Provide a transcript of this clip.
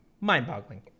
mind-boggling